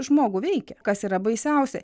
žmogų veikia kas yra baisiausia